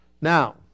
Now